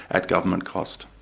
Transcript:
at government cost.